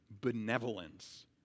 benevolence